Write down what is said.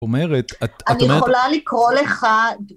זאת אומרת, את ... אני יכולה לקרוא לך...